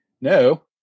no